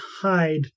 hide